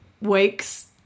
weeks